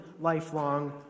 lifelong